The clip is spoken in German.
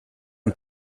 ein